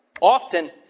Often